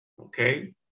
Okay